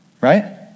Right